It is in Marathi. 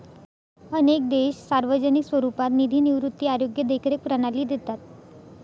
अनेक देश सार्वजनिक स्वरूपात निधी निवृत्ती, आरोग्य देखरेख प्रणाली देतात